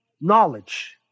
knowledge